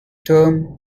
term